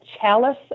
chalice